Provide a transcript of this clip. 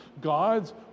God's